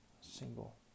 single